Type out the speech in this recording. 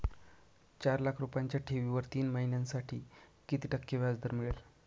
चार लाख रुपयांच्या ठेवीवर तीन महिन्यांसाठी किती टक्के व्याजदर मिळेल?